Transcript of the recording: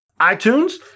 iTunes